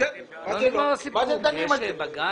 יש בג"ץ.